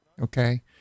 okay